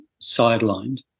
sidelined